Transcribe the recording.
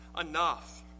enough